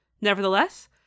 Nevertheless